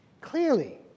clearly